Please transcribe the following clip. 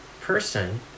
person